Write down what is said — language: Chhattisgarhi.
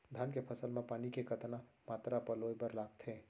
धान के फसल म पानी के कतना मात्रा पलोय बर लागथे?